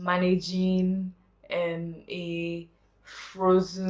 managing and a frozen